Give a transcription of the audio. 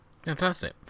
fantastic